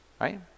right